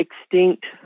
extinct